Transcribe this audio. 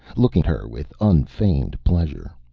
looking at her with unfeigned pleasure.